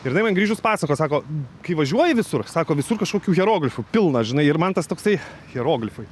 ir jinai man grįžus pasakojo sako kai važiuoji visur sako visur kažkokių hieroglifų pilna žinai ir man tas toksai hieroglifai